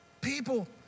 People